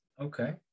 Okay